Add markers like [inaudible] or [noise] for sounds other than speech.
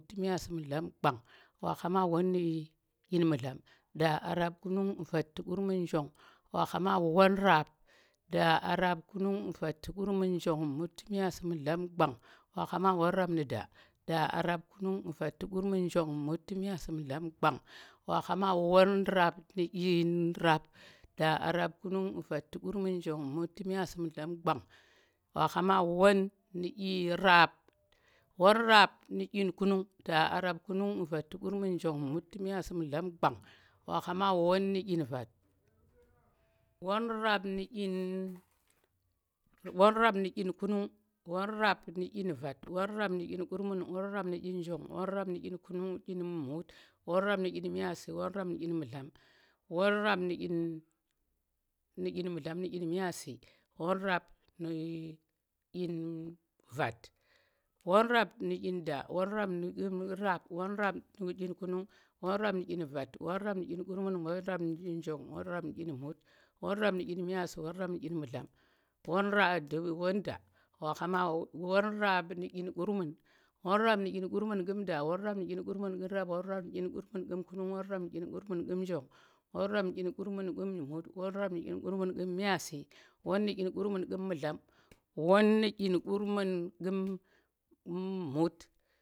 da, arap, kunung, vat, kurmun, njong, mut, miyasi, mudlam, gwang wakha ma won nu da, da, arap, kunung, vat, gurmun, njong, mut, miyasi, mudlam, gwang, wa khama won rap, da arap, konung vat, kurmun, njong, mut, myaasi, mu̱dlam gwang wo khama won rap nu̱ dyi rap, da, arap, kunung, vat, gurmun, njong, mut, myaasi, mu̱dlam, gwang, wa khama won rap nu̱, ɗyirap, da, arap, kunung, vat, gurmun, njong, mut, myaasi, mu̱dlam, gwang, wa khama won ɗyin vat. won rap nu dyin [hesitation] won rap nu dyin kunung, won rap nu dyin vat. won rap nu dyin kurmun da, arap, kunung, vat, gurmun, njong, mut, myaasi, mu̱dlam, gwang, wo khama won rap nu̱ ɗyin kunung, won rap nu̱ ɗyin vat, won rap nu̱ ɗyin kurmun, won rap nu̱ ɗyin njong, won rap nu̱ ɗyin mut, won rap nu̱ ɗyin myasi, won rap nu̱ ɗyin mu̱dlam, won rap [unintelligible] won da, [unintelligible] ɗyin gurmun, won rap nu̱ ɗyin kurmun kum da, won rap nu dyin kurmun kum rap, won rap nu dyin kurmun kum njong, won rap nu̱ ɗyin kurmun kum mut, won rap nu̱ ɗyin kurmun kum myaasi, won rap nu̱ ɗyin mu̱dlam. won rap nu dyin kurmun kum mut.